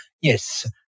Yes